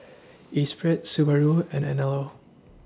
Esprit Subaru and Anello